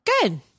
Good